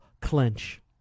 clench